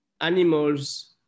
animals